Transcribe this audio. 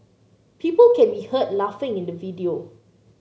people can be heard laughing in the video